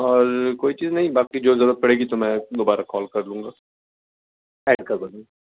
اور کوئی چیز نہیں باقی جو ضرورت پڑے گی تو میں دوبارہ کال کر لوں گا پیک کر دو بھائی